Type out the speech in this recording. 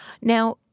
Now